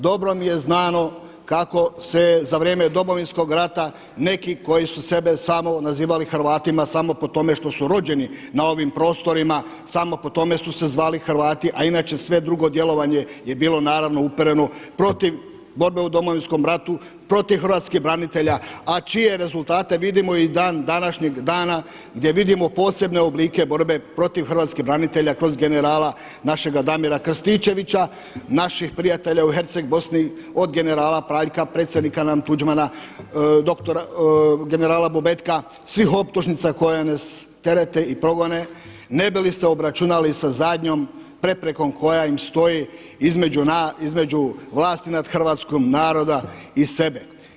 Dobro mi je znamo kako se za vrijeme Domovinskog rata neki koji su sebe samo nazivali Hrvatima samo po tome što su rođeni na ovim prostorima, samo po tome su se zvali Hrvati, a inače sve drugo djelovanje je bilo naravno upereno protiv borbe u Domovinskom ratu, protiv hrvatskih branitelja, a čije rezultate vidimo i dan današnjeg dana, gdje vidimo posebne oblike borbe protiv hrvatskih branitelja kroz generala našega Damira Krstičevića, naših prijatelja u Herceg Bosni od generala Praljka, predsjednika nam Tuđmana, generala Bobetka, svih optužnica koje nas terete i progone ne bi li se obračunali sa zadnjom preprekom koja im stoji između vlasti nad hrvatskog naroda i sebe.